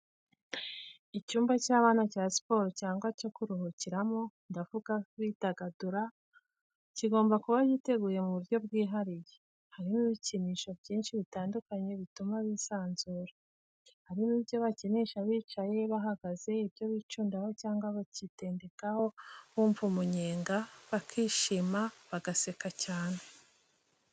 Icyumba cy'abana cya siporo cyangwa cyo kuruhukiramo, ndavuga bidagadura, kigomba kuba giteguye mu buryo bwihariye, harimo ibikinisho byinshi bitandukanye bituma bisanzura. Hari ibyo bakinisha bicaye, bahagaze, ibyo bicundaho cyangwa bakitendekaho bumva umunyenga, bakishima, bagaseka cyane.